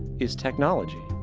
is technology.